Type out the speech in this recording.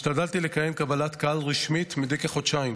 השתדלתי לקיים קבלת קהל רשמית מדי כחודשיים.